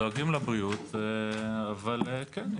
דואגים לבריאות אבל כן,